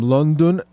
London